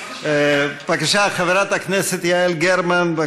בבקשה, חברת הכנסת יעל גרמן.